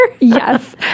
Yes